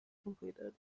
completed